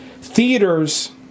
theaters